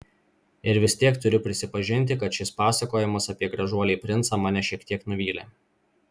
ir vis tiek turiu prisipažinti kad šis pasakojimas apie gražuolį princą mane šiek tiek nuvylė